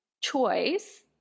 choice